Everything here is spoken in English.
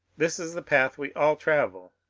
this is the path we all travel,